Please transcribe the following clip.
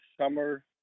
summer